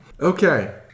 Okay